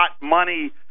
money